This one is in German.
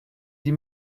die